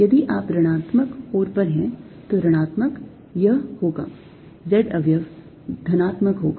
यदि आप ऋणात्मक ओर पर हैं तो ऋणात्मक यह होगा z अवयव धनात्मक होगा